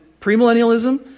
premillennialism